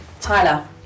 Tyler